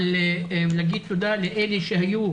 להגיד תודה לאלה שהיו,